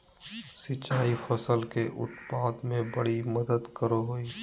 सिंचाई फसल के उत्पाद में बड़ी मदद करो हइ